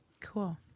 Cool